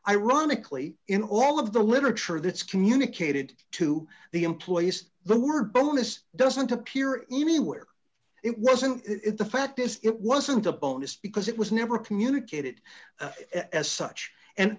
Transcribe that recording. ironically in all of the literature that's communicated to the employees the word bonus doesn't appear anywhere it wasn't it the fact is it wasn't a bonus because it was never communicated as such and